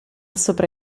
sopra